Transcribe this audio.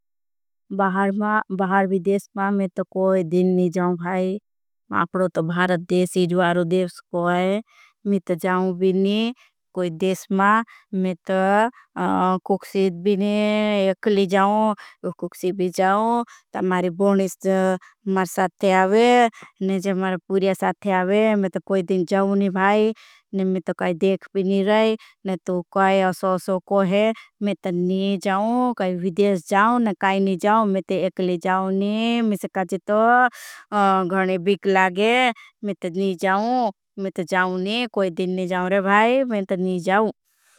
मेरे बाहर विदेश में कोई दिन नहीं जाऊँ भाई अपनों तो भारत देशी जो। आरुदेश को है में तो जाऊँ भी नहीं कोई देश में में तो कुछ सीद भी। नहीं एकली जाऊँ कुछ सीद भी जाऊँ मेरे बोनिस मेरे साथे आवे मेरे। बोनिस मेरे साथे आवे मैं तो कोई दिन जाऊँ नहीं भाई मैं तो कौई देख। भी नहीं रही कोई असोसो कोई है मैं तो नहीं जाऊँ कोई विदेश जाऊँ। नहीं काई नहीं जाऊँ मैं तो एकली जाऊँ नहीं मैं तो कोई दिन नहीं जाऊँ। नहीं भाई मैं तो नहीं जाऊँ कोई दिन नहीं जाऊँ नहीं भाई मैं तो नहीं जाऊँ।